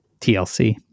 TLC